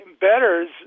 betters